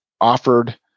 offered